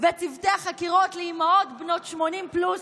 וצוותי החקירות לאימהות בנות 80 פלוס,